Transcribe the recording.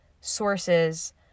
sources